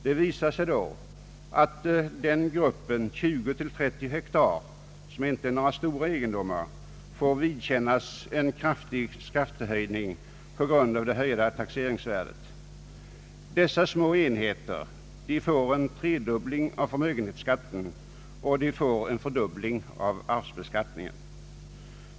Det visar sig då att gruppen 20—30 hektar, som inte är några stora egendomar, får vidkännas en kraftig skattehöjning på grund av höjda taxeringsvärden. Dessa små enheter får en tredubbling av förmögenhetsskatten och en fördubbling av arvsskatten.